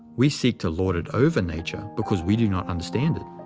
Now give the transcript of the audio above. we seek to lord it over nature because we do not understand it.